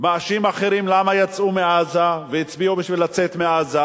מאשים אחרים למה יצאו מעזה והצביעו בשביל לצאת מעזה,